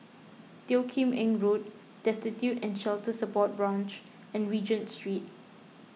Teo Kim Eng Road Destitute and Shelter Support Branch and Regent Street